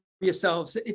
yourselves